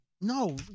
No